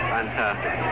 Fantastic